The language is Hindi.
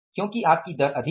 क्योंकि आपकी दर अधिक है